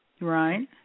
Right